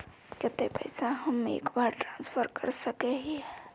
केते पैसा हम एक बार ट्रांसफर कर सके हीये?